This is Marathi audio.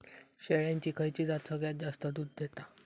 शेळ्यांची खयची जात सगळ्यात जास्त दूध देता?